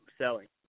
selling